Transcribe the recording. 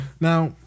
now